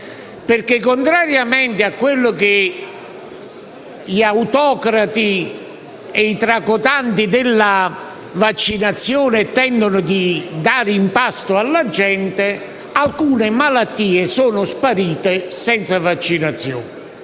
Perché, contrariamente a ciò che gli autocrati e i tracotanti della vaccinazione vogliono dare in pasto alla gente, alcune malattie sono sparite senza vaccinazione: